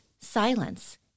silence